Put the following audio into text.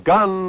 Gun